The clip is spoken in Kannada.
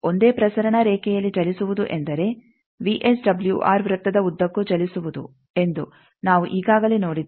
ಒಂದೇ ಪ್ರಸರಣ ರೇಖೆಯಲ್ಲಿ ಚಲಿಸುವುದು ಎಂದರೆ ವಿಎಸ್ಡಬ್ಲ್ಯೂಆರ್ ವೃತ್ತದ ಉದ್ದಕ್ಕೂ ಚಲಿಸುವುದು ಎಂದು ನಾವು ಈಗಾಗಲೇ ನೋಡಿದ್ದೇವೆ